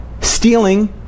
stealing